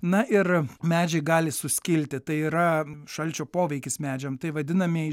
na ir medžiai gali suskilti tai yra šalčio poveikis medžiam tai vadinamieji